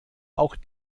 auch